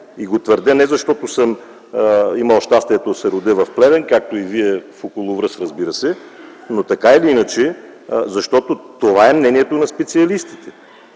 И го твърдя не защото съм имал щастието да се родя в Плевен, както и вие в околовръст, разбира се, но така или иначе, защото това е мнението на специалистите